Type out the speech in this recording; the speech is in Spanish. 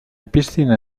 piscina